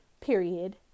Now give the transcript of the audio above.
period